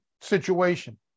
situation